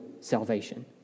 salvation